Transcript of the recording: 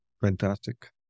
Fantastic